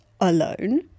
alone